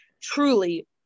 truly